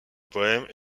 poème